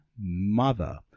mother